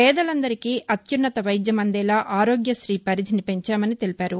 పేదలందరికీ అత్యున్నత వైద్యం అందేలా ఆరోగ్యతీ పరిధిని పెంచామని తెలిపారు